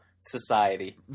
society